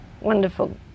wonderful